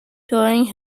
during